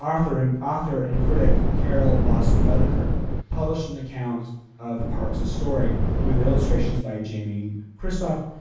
author and author and critic carole boston weatherford published an account of parks's story with illustrations by janey cristoph,